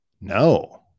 no